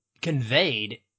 conveyed